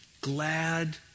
glad